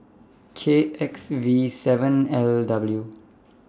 K X V seven L W